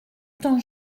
temps